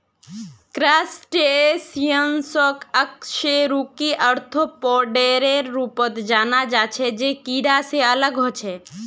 क्रस्टेशियंसक अकशेरुकी आर्थ्रोपोडेर रूपत जाना जा छे जे कीडा से अलग ह छे